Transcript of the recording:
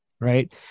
Right